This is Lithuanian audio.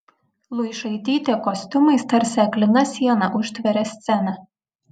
luišaitytė kostiumais tarsi aklina siena užtveria sceną